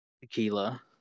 Tequila